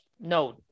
No